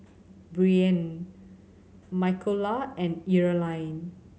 Brien Michaela and Earline